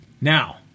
now